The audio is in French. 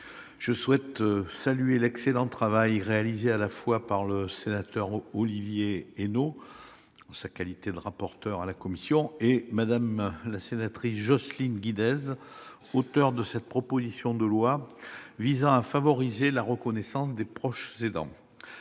je souhaite saluer l'excellent travail réalisé à la fois par Olivier Henno, en sa qualité de rapporteur de la commission, et par Jocelyne Guidez, auteur de cette proposition de loi visant à favoriser la reconnaissance des proches aidants.